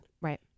right